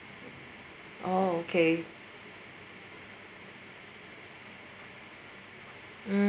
oh okay hmm